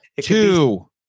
two